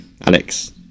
Alex